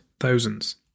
thousands